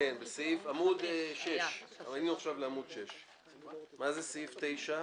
כן, עמוד 6, היינו עכשיו בעמוד 6. מה זה סעיף (9)?